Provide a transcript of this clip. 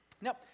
Now